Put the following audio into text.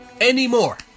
anymore